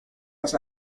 las